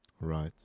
Right